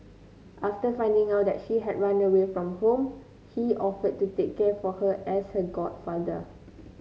after finding out that she had run away from home he offered to take care for her as her godfather